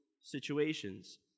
situations